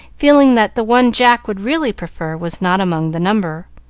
feeling that the one jack would really prefer was not among the number.